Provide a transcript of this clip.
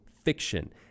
fiction